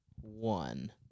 one